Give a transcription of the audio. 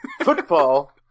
Football